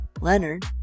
Leonard